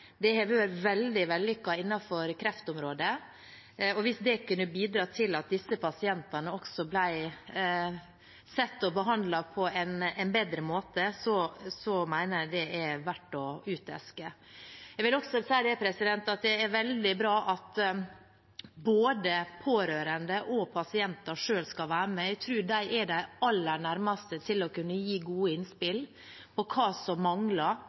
har vært veldig vellykket innenfor kreftområdet. Hvis det kunne bidra til at disse pasientene også blir sett og behandlet på en bedre måte, mener jeg det er verdt å uteske. Jeg vil si at det er veldig bra at både pårørende og pasientene selv skal være med. Jeg tror de er de aller nærmeste til å kunne gi gode innspill om hva som mangler,